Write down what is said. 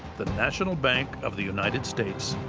the national bank of the united states.